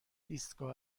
ایستگاه